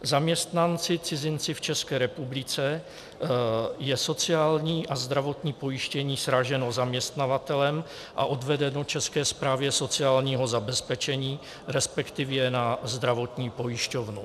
Zaměstnancicizinci v České republice je sociální a zdravotní pojištění sráženo zaměstnavatelem a odvedeno České správě sociálního zabezpečení, resp. na zdravotní pojišťovnu.